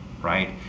right